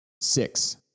Six